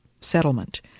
settlement